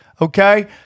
Okay